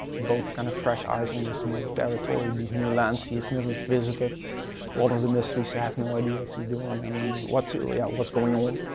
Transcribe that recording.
both kind of fresh eyes on this new territory, these new lands, she has never visited. a lot of the mystery, she has no idea what she's doing, and what's yeah what's going on.